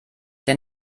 der